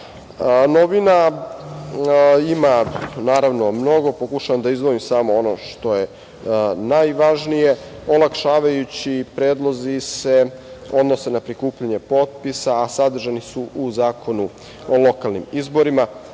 pravo. Novina ima mnogo, ja pokušavam da izdvojim samo ono što je najvažnije. Olakšavajući predlozi se odnose na prikupljanje potpisa, a sadržani su u zakonu o lokalnim izborima.